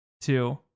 two